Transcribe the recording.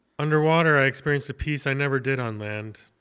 underwater, i experienced a peace i never did on land.